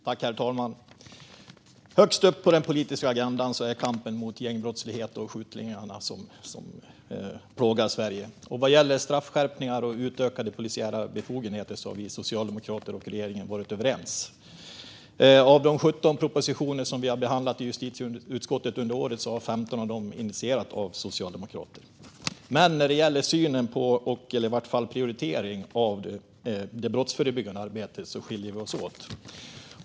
Herr talman! Högst upp på den politiska agendan står kampen mot gängbrottsligheten och skjutningarna som plågar Sverige. Vad gäller straffskärpningar och utökade polisiära befogenheter har vi socialdemokrater och regeringen varit överens. Av de 17 propositioner som vi har behandlat i justitieutskottet under året har 15 initierats av socialdemokrater. Men när det gäller synen på, eller i varje fall prioriteringen av, det brottsförebyggande arbetet skiljer vi oss åt.